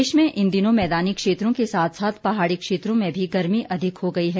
प्रदेश में इन दिनों मैदानी क्षेत्रों के साथ साथ पहाड़ी क्षेत्रों में भी गर्मी अधिक हो गई है